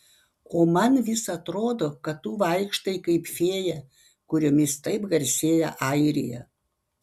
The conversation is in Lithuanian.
o man vis atrodo kad tu vaikštai kaip fėja kuriomis taip garsėja airija